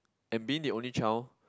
and being the only child